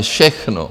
Všechno.